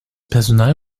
personal